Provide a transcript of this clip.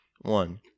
One